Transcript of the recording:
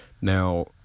Now